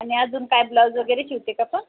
आणि अजून काय ब्लाउज वगैरे शिवते का मग